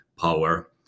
power